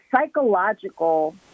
psychological